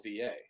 VA